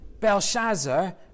Belshazzar